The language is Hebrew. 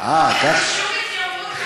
אין לי שום התיימרות,